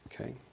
okay